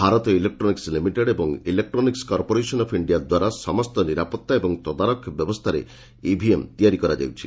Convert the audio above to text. Bharat electronics limited ଓ electronics corporation of India ଦ୍ୱାରା ସମସ୍ତ ନିରାପତ୍ତା ଓ ତଦାରଖ ବ୍ୟବସ୍ଥାରେ ଇଭିଏମ୍ ତିଆରି କରାଯାଉଛି